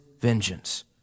vengeance